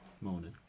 morning